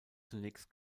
zunächst